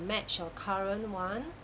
match your current one